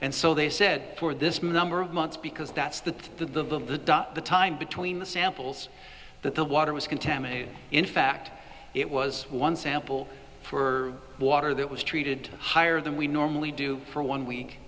and so they said for this number of months because that's the the time between the samples that the water was contaminated in fact it was one sample for water that was treated higher than we normally do for one